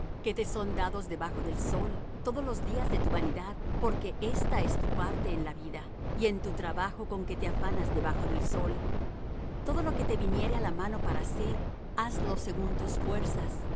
que te son dados debajo del sol todos los días de tu vanidad porque esta es tu parte en la vida y en tu trabajo con que te afanas debajo del sol todo lo que te viniere á la mano para hacer hazlo según tus fuerzas